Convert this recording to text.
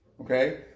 Okay